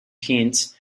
hints